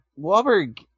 Wahlberg